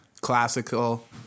classical